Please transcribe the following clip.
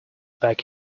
pack